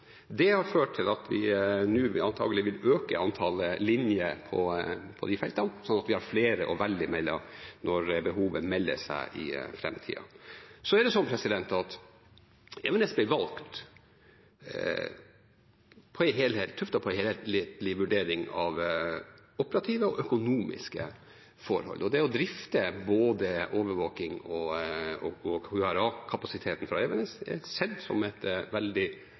Det har ført til at vi nå antakelig vil øke antallet linjer på disse feltene, slik at vi har flere å velge mellom når behovet melder seg i framtida. Evenes ble valgt tuftet på en helhetlig vurdering av operative og økonomiske forhold. Det å drifte både overvåking og QRA-kapasitet fra Evenes er sett som et veldig